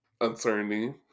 uncertainty